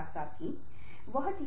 हा वोह तो है